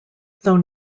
though